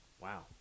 Wow